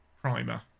Primer